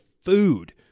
food